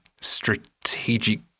strategic